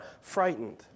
frightened